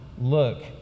look